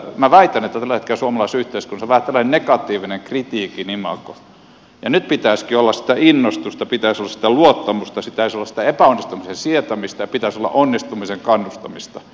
esimerkiksi minä väitän että tällä hetkellä suomalaisessa yhteiskunnassa on vähän tällainen negatiivinen kritiikin imago ja nyt pitäisikin olla sitä innostusta pitäisi olla sitä luottamusta pitäisi olla epäonnistumisen sietämistä ja pitäisi olla onnistumiseen kannustamista